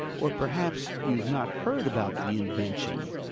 or, perhaps, you've not heard about the invention?